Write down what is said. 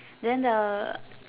then the